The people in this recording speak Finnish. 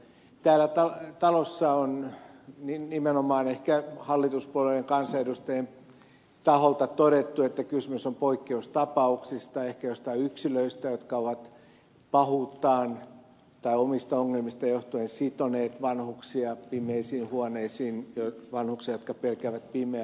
täällä talossa on nimenomaan ehkä hallituspuolueiden kansanedustajien taholta todettu että kysymys on poikkeustapauksista ehkä joistain yksilöistä jotka ovat pahuuttaan tai omista ongelmistaan johtuen sitoneet vanhuksia pimeisiin huoneisiin vanhuksia jotka pelkäävät pimeää